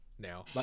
now